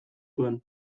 zuen